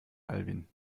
alwin